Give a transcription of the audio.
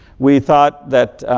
we thought that